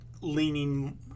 leaning